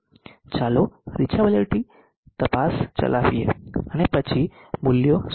ચાલો રીચાબિલીટી તપાસ ચલાવીએ અને પછી મૂલ્યો શોધીએ